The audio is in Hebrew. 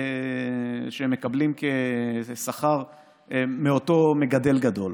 מהשכר שהם מקבלים כשכר מאותו מגדל גדול.